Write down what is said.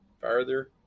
farther